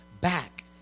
back